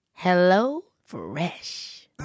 HelloFresh